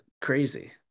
crazy